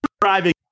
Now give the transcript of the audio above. driving